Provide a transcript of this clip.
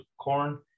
corn